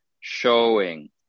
showing